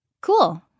Cool